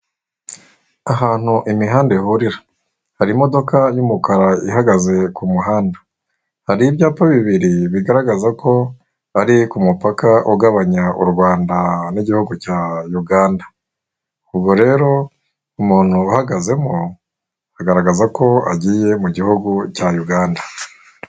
Ahantu imihanda ihurira hari imodoka y'umukara ihagaze ku muhanda, hari ibyapa bibiri bigaragaza ko ari ku mupaka ugabanya u Rwanda n'igihugu cya Uganda, ubwo rero umuntu uhagazemo agaragaza ko agiye mu gihugu cya Uganda.